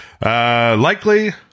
Likely